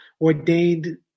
ordained